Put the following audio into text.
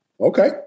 Okay